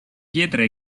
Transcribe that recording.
pietre